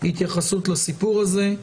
התייחסות לסיפור הזה.